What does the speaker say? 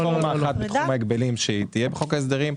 רפורמה אחת בתחום ההגבלים תהיה בחוק ההסדרים.